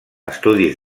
estudis